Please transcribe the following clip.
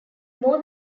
more